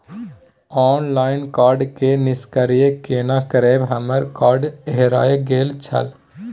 Online card के निष्क्रिय केना करबै हमर कार्ड हेराय गेल छल?